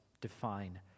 define